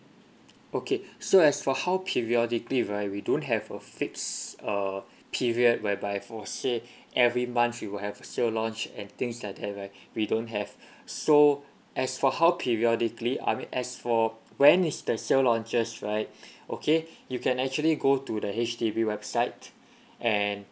okay so as for how periodically right we don't have a fixed uh period whereby for say every month we will have a sale launch and things like that right we don't have so as for how periodically I mean as for when is the sale launches right okay you can actually go to the H_D_B website and